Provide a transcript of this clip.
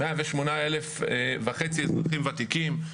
108,500 אזרחים ותיקים.